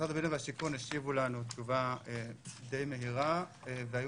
משרד הבינוי והשיכון השיבו לנו תשובה די מהירה והיו